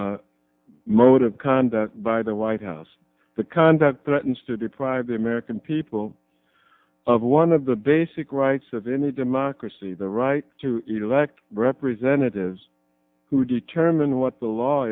of conduct by the white house the kind that threatens to deprive the american people of one of the basic rights of any democracy the right to elect representatives who determine what the law